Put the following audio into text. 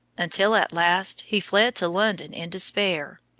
until at last he fled to london in despair,